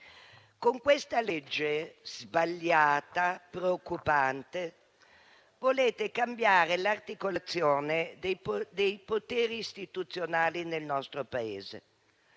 Con questa legge sbagliata e preoccupante volete cambiare l'articolazione dei poteri istituzionali del nostro Paese.